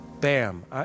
Bam